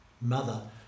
mother